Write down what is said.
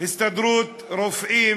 את ההסתדרות הרפואית